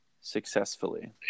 successfully